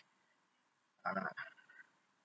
ah